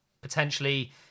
potentially